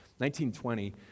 1920